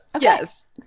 Yes